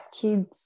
kids